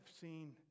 seen